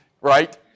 right